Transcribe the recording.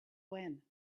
when